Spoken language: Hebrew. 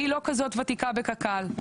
אני לא כזאת ותיקה בקק"ל,